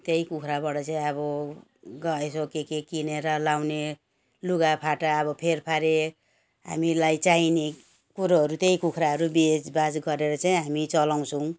त्यही कुखुराबाट चाहिँ अब यसो के के किनेर लगाउने लुगाफाटा अब फेरफारे हामीलाई चाहिने कुरोहरू त्यही कुखुराहरू बेचबाच गरेर चाहिँ हामी चलाउँछौँ